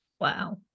Wow